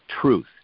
truth